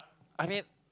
I mean